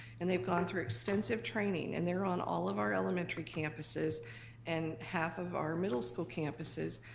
and they've gone through extensive training, and they're on all of our elementary campuses and half of our middle school campuses.